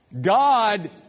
God